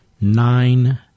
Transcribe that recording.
Nine